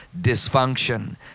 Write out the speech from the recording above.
dysfunction